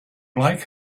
like